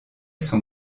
son